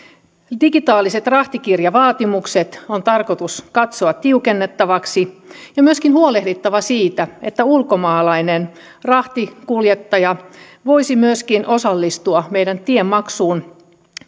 digitaaliset rahtikirjavaatimukset on tarkoitus katsoa tiukennettaviksi ja myöskin on huolehdittava siitä että myöskin ulkomaalainen rahtikuljettaja voisi osallistua meidän tiemaksuun